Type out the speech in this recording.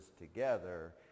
together